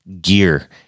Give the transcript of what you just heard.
gear